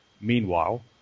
Meanwhile